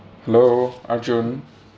hello arjun